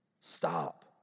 Stop